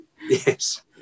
Yes